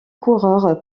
coureurs